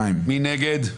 לפני כמה שנים לא התנהגו ככה.